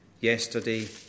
yesterday